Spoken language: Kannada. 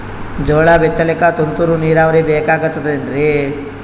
ಜೋಳ ಬಿತಲಿಕ ತುಂತುರ ನೀರಾವರಿ ಬೇಕಾಗತದ ಏನ್ರೀ?